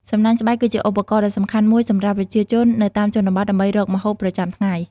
សំណាញ់ស្បៃ គឺជាឧបករណ៍ដ៏សំខាន់មួយសម្រាប់ប្រជាជននៅតាមជនបទ ដើម្បីរកម្ហូបប្រចាំថ្ងៃ។